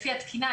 לפי התקינה,